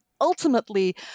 ultimately